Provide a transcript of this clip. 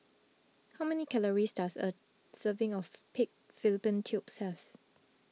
how many calories does a serving of Pig Fallopian Tubes have